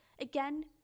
again